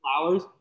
Flowers